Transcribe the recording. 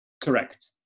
correct